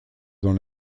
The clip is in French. dans